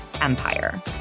empire